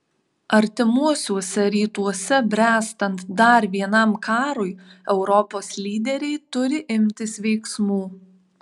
artimuosiuose rytuose bręstant dar vienam karui europos lyderiai turi imtis veiksmų